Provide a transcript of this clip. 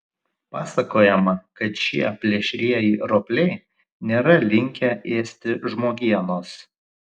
pasakojama kad šie plėšrieji ropliai nėra linkę ėsti žmogienos